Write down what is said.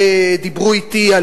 דיברו אתי על